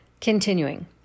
Continuing